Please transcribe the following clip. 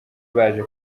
baje